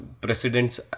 president's